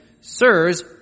sirs